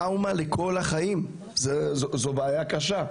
זאת בעיה קשה.